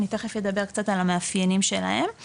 אני תיכף ידבר קצת על המאפיינים שלהם,